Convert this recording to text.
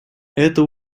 это